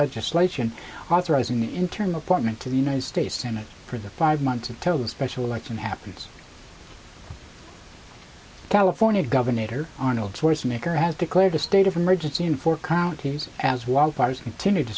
legislation authorizing the internal apartment to the united states senate for the five months until the special election happens california governor arnold schwarzenegger has declared a state of emergency in four counties as wildfires continue to